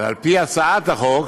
ועל פי ההצעה, בחוק